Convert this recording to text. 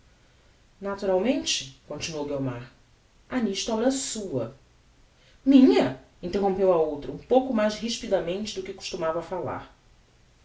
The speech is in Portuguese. continuou guiomar ha nisto obra sua minha interrompeu a outra um pouco mais rispidamente do